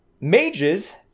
Mages